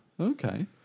okay